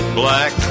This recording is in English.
black